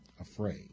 afraid